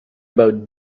about